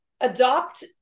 adopt